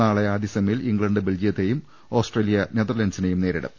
നാളെ ആദ്യ സെമിയിൽ ഇംഗ്ലണ്ട് ബെൽജിയത്തെയും ഓസ്ട്രേലിയ നെതർലന്റ് സിനെയും നേരിടും